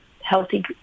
healthy